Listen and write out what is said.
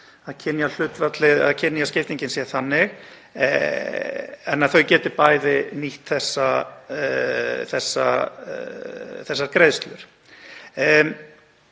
að kynjaskiptingin sé þannig, geti bæði nýtt þessar greiðslur.